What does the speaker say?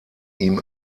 ihm